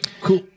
Cool